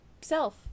self